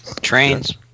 trains